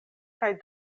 kaj